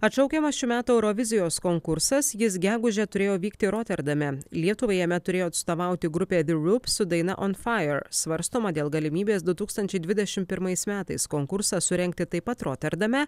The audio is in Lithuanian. atšaukiamas šių metų eurovizijos konkursas jis gegužę turėjo vykti roterdame lietuvai jame turėjo atstovauti grupė the roop su daina on fire svarstoma dėl galimybės du tūkstančiai dvidešim pirmais metais konkursą surengti taip pat roterdame